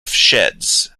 sheds